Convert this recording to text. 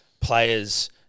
players